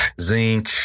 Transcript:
zinc